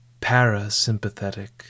parasympathetic